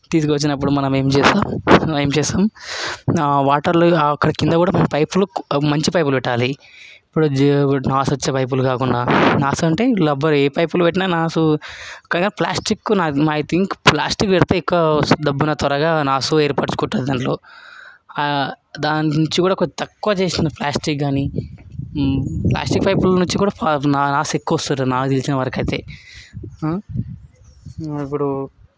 తీసుకొచ్చినప్పుడు మనం ఏమి చేస్తాం ఏం చేస్తాం వాటర్లు అక్కడికి కింద కూడా మనం పైపులు మొత్తం మంచి పైపులు పెట్టాలి ఇప్పుడు ఇప్పుడు నాసు వచ్చే పైపులు కాకుండా నాసు అంటే రబ్బర్ ఏ పైపులు పెట్టిన నాసు కానీ ప్లాస్టిక్ ఐ థింక్ ప్లాస్టిక్ అయితే ఎక్కువ దబ్బున త్వరగా నాసు ఏర్పరచుకుంటుంది దాంట్లో దాంట్లో నుంచి కూడా తక్కువ చేసిన ప్లాస్టిక్ కానీ ప్లాస్టిక్ పైపుల నుంచి కూడా నాసు ఎక్కువ వస్తుంది నాకు తెలిసినంతవరకు అయితే ఇప్పుడు